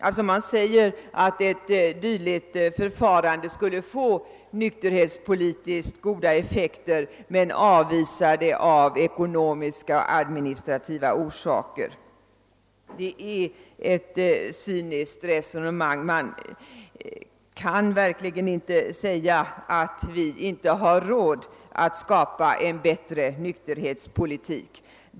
Utskottet skriver att ett dylikt förfarande skulle få nykterhetspolitiskt goda effekter men avvisar förslaget av ekonomiska och administrativa skäl. Det är ett cyniskt resonemang. Skulle vi verkligen inte ha råd att föra en bättre nykterhetspolitik?